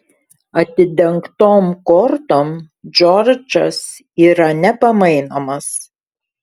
atidengtom kortom džordžas yra nepamainomas